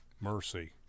mercy